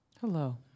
Hello